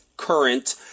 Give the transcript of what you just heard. current